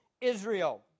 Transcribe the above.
Israel